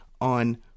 on